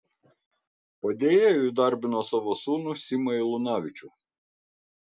padėjėju įdarbino savo sūnų simą eilunavičių